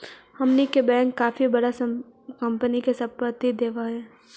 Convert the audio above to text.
हमनी के बैंक काफी बडा कंपनी के संपत्ति देवऽ हइ